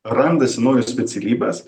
randasi naujos specialybės